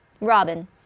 Robin